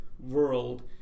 World